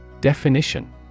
Definition